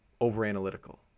over-analytical